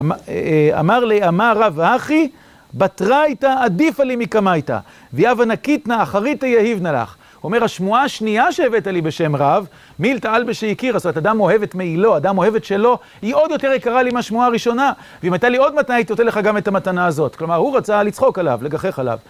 אמר לי, אמר רב אחי, "בתרייתא עדיפא לי מקמייתא, ואי הוה נקיטנא אחריתי יהיבנא לך". אומר, השמועה השנייה שהבאת לי בשם רב, "מילתא אלבישי יקירא". זאת אומרת, אדם אוהב את מעילו, אדם אוהב את שלו, היא עוד יותר יקרה לי מהשמועה הראשונה. ואם הייתה לי עוד מתנה, הייתי נותן לך גם את המתנה הזאת. כלומר, הוא רצה לצחוק עליו, לגחך עליו...